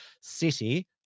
city